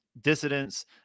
dissidents